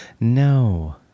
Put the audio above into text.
no